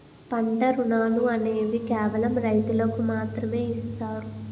పంట రుణాలు అనేవి కేవలం రైతులకు మాత్రమే ఇస్తారు